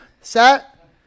Set